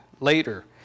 later